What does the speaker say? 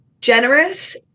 generous